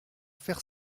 faire